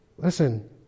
Listen